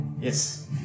Yes